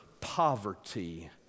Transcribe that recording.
poverty